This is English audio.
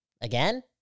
again